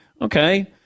Okay